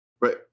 Right